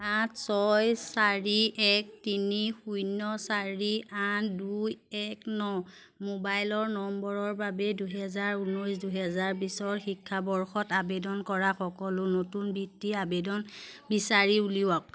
আঠ ছয় চাৰি এক তিনি শূন্য চাৰি আঠ দুই এক ন মোবাইল নম্বৰৰ বাবে দুহেজাৰ ঊনৈছ দুহেজাৰ বিছৰ শিক্ষাবৰ্ষত আবেদন কৰা সকলো নতুন বৃত্তিৰ আবেদন বিচাৰি উলিয়াওক